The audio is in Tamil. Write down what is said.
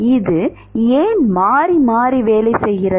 இது ஏன் மாறி மாறி வேலை செய்கிறது